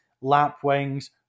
lapwings